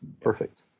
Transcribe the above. perfect